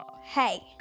Hey